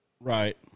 Right